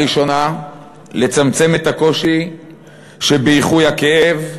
הראשונה, לצמצם את הקושי שבאיחוי הכאב,